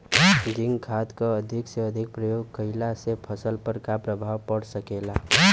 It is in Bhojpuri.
जिंक खाद क अधिक से अधिक प्रयोग कइला से फसल पर का प्रभाव पड़ सकेला?